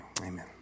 Amen